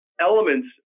elements